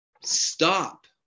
Stop